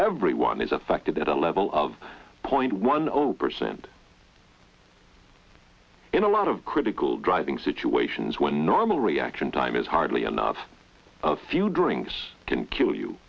everyone is affected at a level of point one percent in a lot of critical driving situations where normal reaction time is hardly enough a few drinks can kill you